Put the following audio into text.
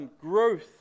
growth